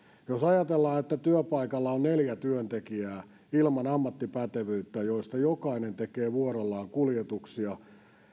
jos ajatellaan että työpaikalla on neljä työntekijää ilman ammattipätevyyttä ja jokainen tekee vuorollaan kuljetuksia